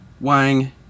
Wang